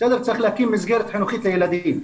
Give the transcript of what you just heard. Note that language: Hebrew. צריך להקים מסגרת חינוכית לילדים.